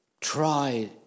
try